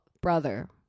brother